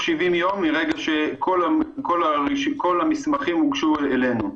70 יום מרגע שכל המסמכים הוגשו אלינו.